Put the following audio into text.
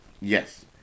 Yes